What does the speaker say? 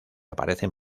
aparecen